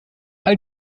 all